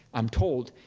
i'm told,